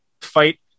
fight